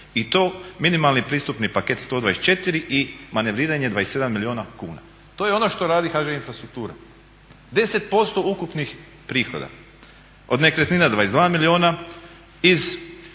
i to minimalni pristupni paket 124 i manevriranje 27 milijuna kuna. to je ono što radi HŽ Infrastruktura, 10% ukupnih prihoda. Od nekretnina 22 milijuna, iz